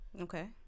okay